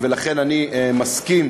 ולכן אני מסכים